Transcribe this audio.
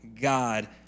God